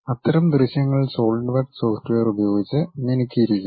അത്തരം ദൃശ്യങ്ങൾ SolidWorks software ഉപയോഗിച്ച് മിനുക്കിയിരിക്കുന്നു